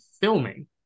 filming